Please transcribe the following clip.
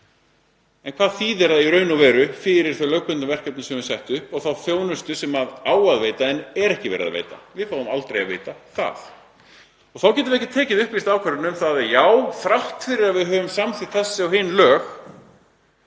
En hvað þýðir það í raun og veru fyrir þau lögbundnu verkefni sem eru sett upp og þá þjónustu sem á að veita en er ekki verið að veita? Við fáum aldrei að vita það. Þá getum við ekki tekið upplýsta ákvörðun um það að jú, þrátt fyrir að við höfum samþykkt þessi og hin lög